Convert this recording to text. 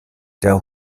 der